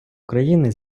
україни